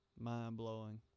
mind-blowing